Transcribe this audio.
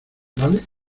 vale